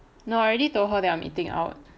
no I already told her that I'm eating out